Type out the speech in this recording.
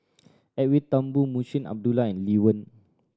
Edwin Thumboo Munshi Abdullah and Lee Wen